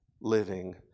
living